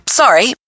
sorry